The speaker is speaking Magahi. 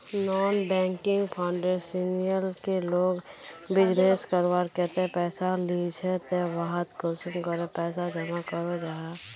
नॉन बैंकिंग फाइनेंशियल से लोग बिजनेस करवार केते पैसा लिझे ते वहात कुंसम करे पैसा जमा करो जाहा?